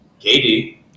KD